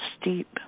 steep